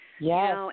Yes